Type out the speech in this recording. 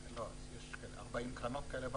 יש 40 קרנות כאלה בעולם.